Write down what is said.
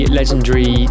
legendary